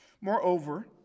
Moreover